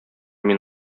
мин